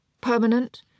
permanent